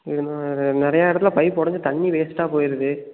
இது மாதிரி நிறைய இடத்துல பைப்பு உடஞ்சி தண்ணி வேஸ்ட்டாக போயிருது